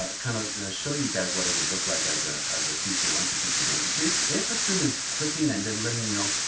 ah kind of show you guys what it would look like as ah as a teacher, once a teacher joins. so if if a student is clicking and is letting you know,